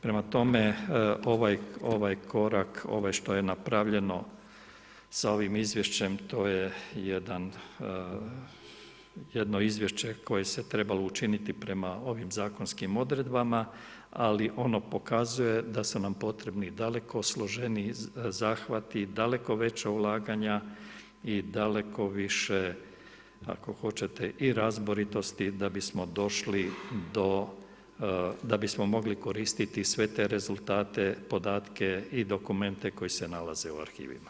Prema tome, ovaj korak, ovo što je napravljeno, s ovim izvješćem, to je jedno izvješće koje se trebalo učiniti prema zakonskim obvezama, ali ono pokazuje da su nam potrebni daleko složeniji zahvati, daleko veća ulaganja i daleko više, ako hoćete i razboritosti, da bismo došli, da bismo mogli koristiti sve te rezultate, podatke i dokumente koji se nalaze u arhivima.